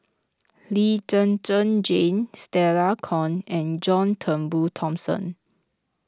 Lee Zhen Zhen Jane Stella Kon and John Turnbull Thomson